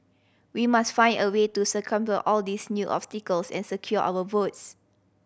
we must find a way to circumvent all these new obstacles and secure our votes